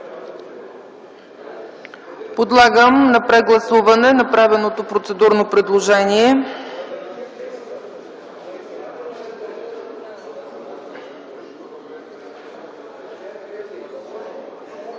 Подлагам на прегласуване направеното процедурно предложение.